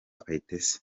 kayitesi